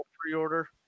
pre-order